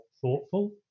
thoughtful